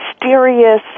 mysterious